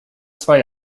zwei